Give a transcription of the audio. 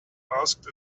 asked